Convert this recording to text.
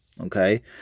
Okay